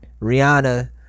Rihanna